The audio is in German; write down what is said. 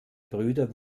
brüder